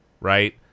Right